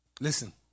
Listen